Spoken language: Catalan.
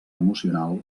emocional